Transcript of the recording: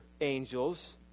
angels